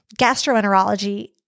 gastroenterology